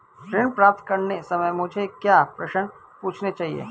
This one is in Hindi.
ऋण प्राप्त करते समय मुझे क्या प्रश्न पूछने चाहिए?